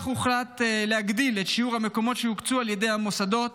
הוחלט להגדיל את שיעור המקומות שיוקצו על ידי המוסדות